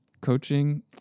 coaching